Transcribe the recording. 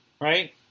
right